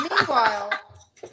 Meanwhile